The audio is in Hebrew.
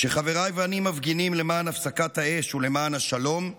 כשחבריי ואני מפגינים למען הפסקת האש ולמען השלום,